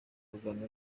kugana